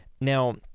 now